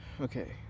Okay